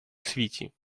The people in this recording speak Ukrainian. світі